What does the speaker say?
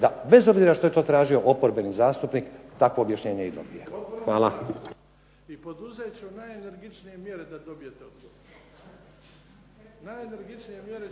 da bez obzira što je tražio oporbeni zastupnik takvo objašnjenje i dobije. Hvala.